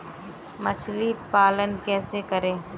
मछली पालन कैसे करें?